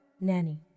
Nanny